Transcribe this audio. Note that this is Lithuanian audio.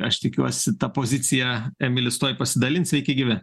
aš tikiuosi ta pozicija emilis tuoj pasidalins sveiki gyvi